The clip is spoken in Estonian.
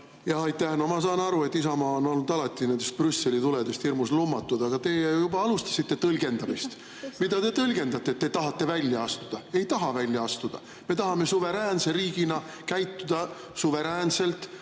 Aitäh! No ma saan aru, et Isamaa on olnud alati nendest Brüsseli tuledest hirmus lummatud, aga teie juba alustasite tõlgendamist. Mida te tõlgendate, et te tahate välja astuda?! Ei taha välja astuda, me tahame suveräänse riigina käituda suveräänselt,